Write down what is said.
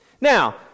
Now